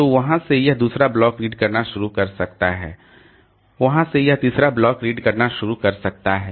तो वहाँ से यह दूसरा ब्लॉक रीड करना शुरू कर सकता है वहाँ से यह तीसरा ब्लॉक रीड करना शुरू कर सकता है